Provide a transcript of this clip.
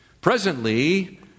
Presently